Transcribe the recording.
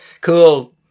Cool